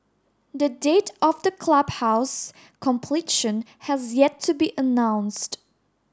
the date of the clubhouse's completion has yet to be announced